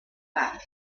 back